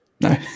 No